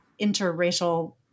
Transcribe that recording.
interracial